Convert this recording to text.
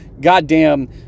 goddamn